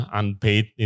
unpaid